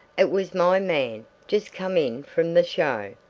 it was my man, just come in from the show,